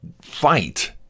fight